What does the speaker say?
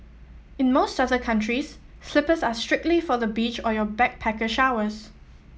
in most other countries slippers are strictly for the beach or your backpacker showers